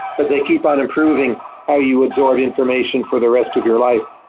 but they keep on improving how you absorb information for the rest of your life.